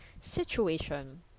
situation